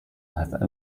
have